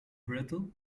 brittle